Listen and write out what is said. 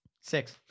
Six